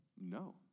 No